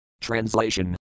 Translation